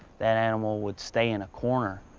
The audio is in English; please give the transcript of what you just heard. that animal would stay in a corner.